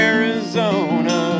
Arizona